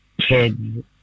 kids